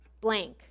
blank